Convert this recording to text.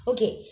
Okay